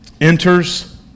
Enters